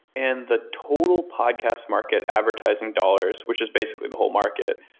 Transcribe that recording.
and the total podcast market advertising dollars, which is basically the whole market,